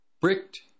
bricked